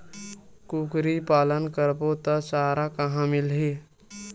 कुकरी पालन करबो त चारा कहां मिलही?